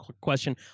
question